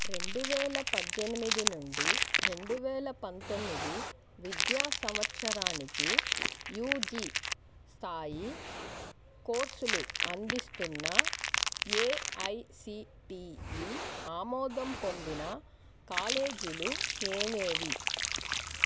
రెండు వేల పద్దెనిమిది నుండీ రెండు వేల పంతొమ్మిది విద్యా సంవత్సరానికి యూజీ స్థాయి కోర్సులు అందిస్తున్న ఏఐసిటిఈ ఆమోదం పొందిన కాలేజీలు ఏవేవి